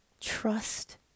Trust